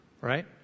Right